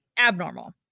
abnormal